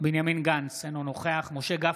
מיכאל מרדכי ביטון,